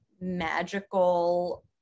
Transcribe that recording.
magical